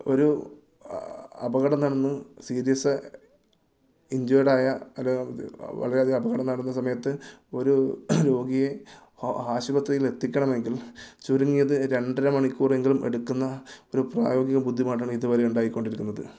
ഒരു അപകടം നടന്ന് സീരിയസ് ഇഞ്ചുവേർഡായ വളരെയധിയകം അപകടം നടന്ന സമയത്ത് ഒരു രോഗിയെ ആശുപത്രിയിലെത്തിക്കണമെങ്കിൽ ചുരുങ്ങിയത് രണ്ടര മണിക്കൂർ എങ്കിലും എടുക്കുന്ന ഒരു പ്രായോഗിക ബുദ്ധിമുട്ടാണ് ഇതുവരെ ഉണ്ടായിക്കൊണ്ടിരിക്കുന്നത്